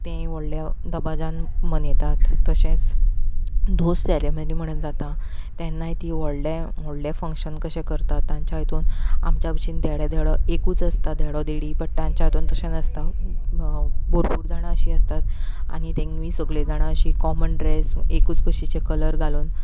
तें एक व्हडलें दबाज्यान मनयतात तशेंच दोस सेरेमनी म्हणोन जाता तेन्नाय ती व्हडल्या व्हडलें फंग्शन कशें करता तांच्या हितून आमच्या बशेन धेडे धेडो एकूच आसता धेडो धेडी बट तांच्या हितून तशें नासता भोरपूर जाणां अशीं आसता आनी तेमी सगलीं जाणा अशीं कॉमन ड्रेस एकूच भशेचे कलर घालून